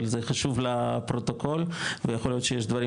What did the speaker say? אבל זה חשוב לפרוטוקול ויכול להיות שיש דברים